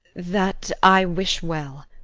that i wish well.